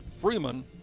Freeman